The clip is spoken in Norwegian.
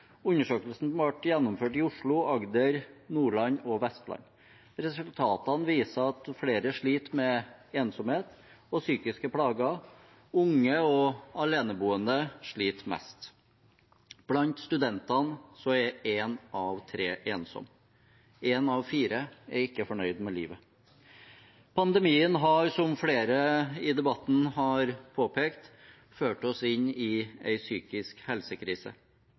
Undersøkelsen ble gjennomført i Oslo, Agder, Nordland og Vestlandet. Resultatene viser at flere sliter med ensomhet og psykiske plager. Unge og aleneboende sliter mest. Blant studentene er én av tre ensomme. Én av fire er ikke fornøyd med livet. Pandemien har, som flere i debatten har påpekt, ført oss inn i en psykisk helsekrise.